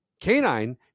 Canine